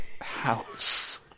house